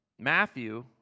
Matthew